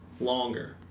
longer